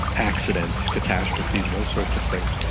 accidents, catastrophes those sorts of things.